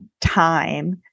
time